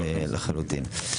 לחלוטין.